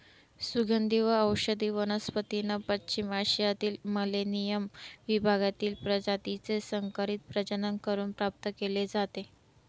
सुगंधी व औषधी वनस्पतींना पश्चिम आशियातील मेलेनियम विभागातील प्रजातीचे संकरित प्रजनन करून प्राप्त केले जाते